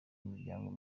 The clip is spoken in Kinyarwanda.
miryango